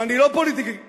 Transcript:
ואני לא פוליטיקלי קורקט,